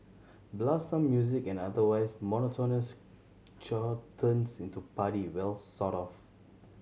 blast some music and otherwise monotonous chore turns into party well sort of